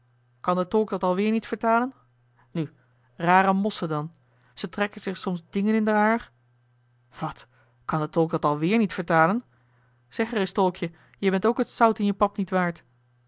kan de tolk dat alweer niet vertalen nu rare mosschen dan ze trekken zich soms dingen in d'r haar wat kan de tolk dat alweer niet vertalen zeg ereis tolkje jij bent ook het zout in je pap niet waard